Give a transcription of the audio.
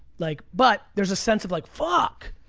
like but there's a sense of like, fuck,